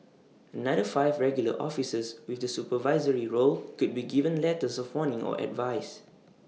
another five regular officers with the supervisory roles could be given letters of warning or advice